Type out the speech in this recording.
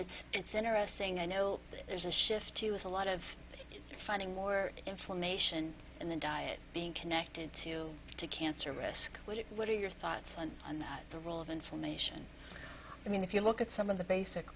it's it's interesting i know there's a shift to it a lot of finding more information in the diet being connected to to cancer risk what are your thoughts on the role of information i mean if you look at some of the basic